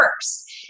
first